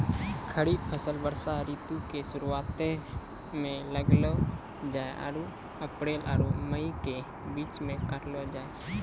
खरीफ फसल वर्षा ऋतु के शुरुआते मे लगैलो जाय छै आरु अप्रैल आरु मई के बीच मे काटलो जाय छै